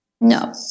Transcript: no